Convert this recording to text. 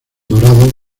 dorado